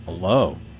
Hello